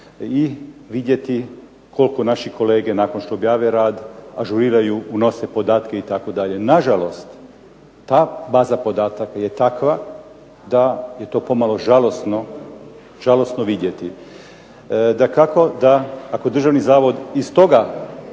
i vidjeti koliko naše kolege nakon što objave rad ažuriraju, unose podatke. Nažalost, ta baza podataka je takva da je to pomalo žalosno, žalosno vidjeti. Dakako, ako državni zavod iz toga